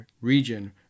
region